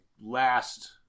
last